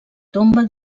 tomba